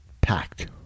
packed